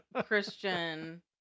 Christian